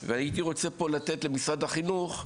והייתי רוצה פה לתת למשרד החינוך.